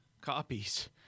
copies